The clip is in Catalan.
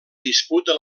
disputa